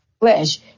flesh